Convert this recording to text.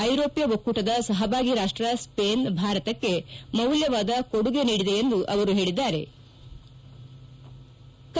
ಐರೋಪ್ತ ಒಕ್ಕೂಟದ ಸಹಭಾಗಿ ರಾಷ್ಲ ಸ್ಸೇನ್ ಭಾರತಕ್ಕೆ ಮೌಲ್ವಾದ ಕೊಡುಗೆ ನೀಡಿದೆ ಎಂದು ಅವರು ಹೇಳದ್ಗಾರೆ